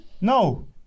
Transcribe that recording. No